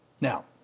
Now